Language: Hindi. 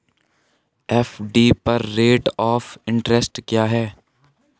एफ.डी पर रेट ऑफ़ इंट्रेस्ट क्या है?